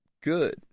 good